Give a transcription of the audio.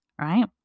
right